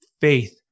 faith